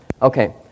Okay